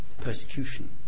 persecution